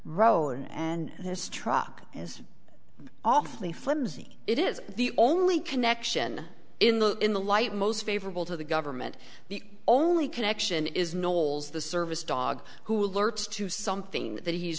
road and this truck is awfully flimsy it is the only connection in the in the light most favorable to the government the only connection is knowles the service dog who alerts to something that he